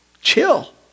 Chill